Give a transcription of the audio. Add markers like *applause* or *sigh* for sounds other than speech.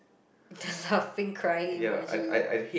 *laughs* the laughing crying emoji